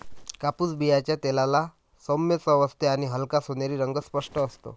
कापूस बियांच्या तेलाला सौम्य चव असते आणि हलका सोनेरी रंग स्पष्ट असतो